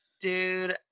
dude